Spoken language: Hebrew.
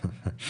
43 45,